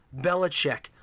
Belichick